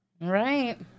Right